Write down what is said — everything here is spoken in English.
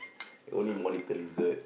only monitor lizard